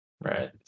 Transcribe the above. Right